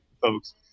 folks